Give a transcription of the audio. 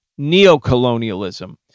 neocolonialism